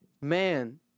man